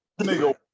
Nigga